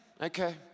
okay